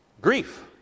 grief